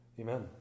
amen